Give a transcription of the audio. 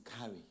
carry